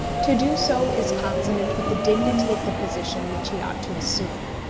to do so is consonant with the dignity of the position which he ought to assume.